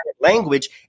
language